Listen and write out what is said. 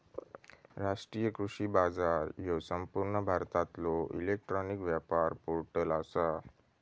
राष्ट्रीय कृषी बाजार ह्यो संपूर्ण भारतातलो इलेक्ट्रॉनिक व्यापार पोर्टल आसा